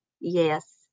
Yes